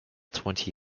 twenty